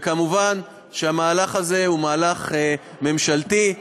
וכמובן, המהלך הזה הוא מהלך ממשלתי.